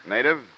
Native